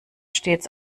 stets